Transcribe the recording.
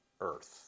earth